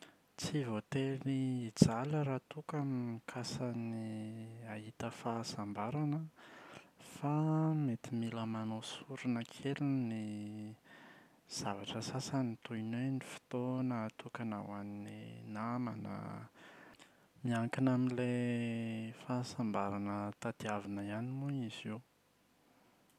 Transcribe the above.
Tsy voatery hijaly raha toa ka m-mikasa ny ahita fahasambarana fa mety mila manao sorona kely ny zavatra sasany toy ny hoe ny fotoana atokana ho an’ny namana. Miankina amin’ilay fahasambarana tadiavina ihany moa izy io.